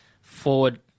forward